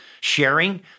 sharing